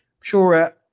sure